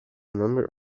number